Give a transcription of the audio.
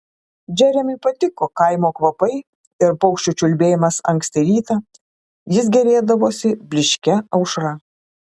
džeremiui patiko kaimo kvapai ir paukščių čiulbėjimas anksti rytą jis gėrėdavosi blyškia aušra